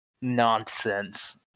nonsense